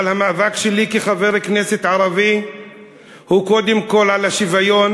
אבל המאבק שלי כחבר כנסת ערבי הוא קודם כול על השוויון,